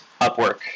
Upwork